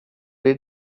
det